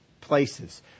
places